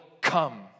come